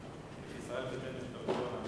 אדוני היושב-ראש, אדוני השר מיכאל איתן,